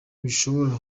bishobora